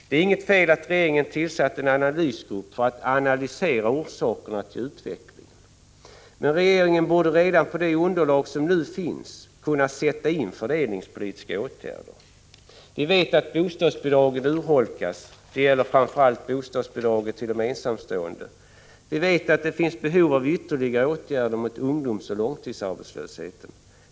Det är inget fel i att regeringen har tillsatt en analysgrupp för att analysera orsakerna till utvecklingen. Men regeringen borde redan nu, på basis av det underlag som finns, kunna sätta in fördelningspolitiska åtgärder. Vi vet att bostadsbidragen har urholkats — det gäller framför allt bostadsbidraget till ensamstående. Vi vet att det finns behov av ytterligare åtgärder mot ungdomsoch långtidsarbetslösheten.